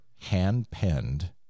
hand-penned